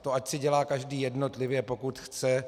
To ať si dělá každý jednotlivě, pokud chce.